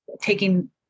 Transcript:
taking